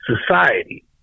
society